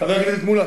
חבר הכנסת מולה,